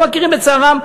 לא מכירים בצער של,